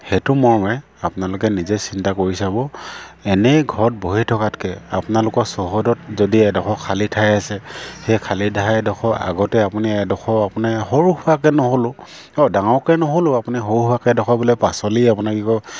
সেইটো মৰ্মে আপোনালোকে নিজে চিন্তা কৰি চাব এনেই ঘৰত বহি থকাতকৈ আপোনালোকৰ চহৰত যদি এডোখৰ খালী ঠাই আছে সেই খালী ঠাইডোখৰ আগতে আপুনি এডোখৰ আপোনাৰ সৰু সুৰাকৈ নহ'লেও অঁ ডাঙৰকৈ নহ'লেও আপুনি সৰু সুৰাকৈ এডোখৰ বোলে পাচলি আপোনাৰ কি কয়